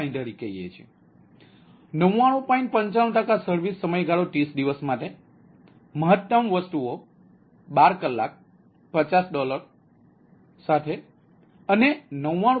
95 ટકા સર્વિસ સમયગાળો 30 દિવસ માટે મહત્તમ વસ્તુઓ 12 કલાક 50 ડોલર અને 99